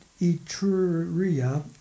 Etruria